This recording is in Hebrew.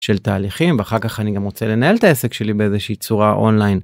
של תהליכים, ואחר כך אני גם רוצה לנהל את העסק שלי באיזושהי צורה אונליין.